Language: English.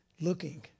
Looking